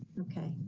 okay.